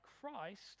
Christ